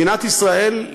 מדינת ישראל,